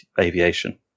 aviation